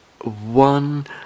one